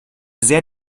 sehr